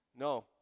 No